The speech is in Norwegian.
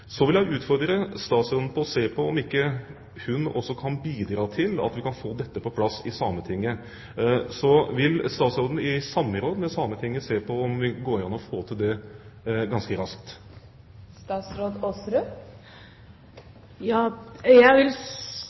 Så vil statsråden i samråd med Sametinget se på om det går an å få til det ganske raskt?